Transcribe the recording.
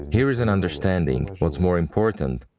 here is an understanding, what's more important